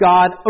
God